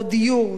טיטולים,